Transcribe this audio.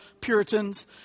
Puritans